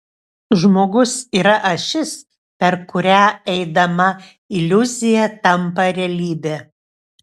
žmogus yra ašis per kurią eidama iliuzija tampa realybe